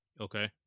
Okay